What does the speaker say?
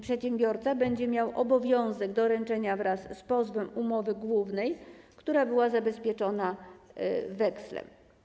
Przedsiębiorca będzie miał obowiązek doręczenia wraz z pozwem umowy głównej, która była zabezpieczona wekslem.